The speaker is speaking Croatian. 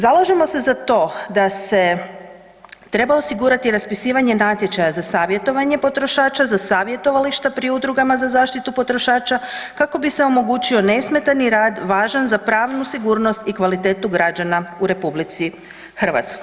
Zalažemo se to da se treba osigurati raspisivanje natječaja za savjetovanje potrošača, za savjetovališta pri udrugama za zaštitu potrošača kako bi se omogućio nesmetani rad važan za pravnu sigurnost i kvalitetu građana u RH.